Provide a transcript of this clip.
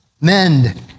Mend